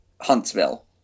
Huntsville